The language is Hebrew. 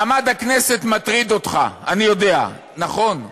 מעמד הכנסת מטריד אותך, אני יודע, נכון.